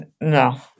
no